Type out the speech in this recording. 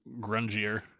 grungier